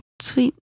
Sweet